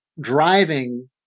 driving